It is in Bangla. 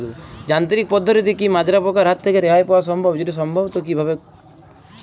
যান্ত্রিক পদ্ধতিতে কী মাজরা পোকার হাত থেকে রেহাই পাওয়া সম্ভব যদি সম্ভব তো কী ভাবে?